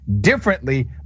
differently